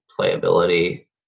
playability